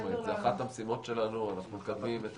חד משמעית זאת אחת המשימות שלנו שאנחנו מקדמים.